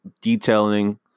detailing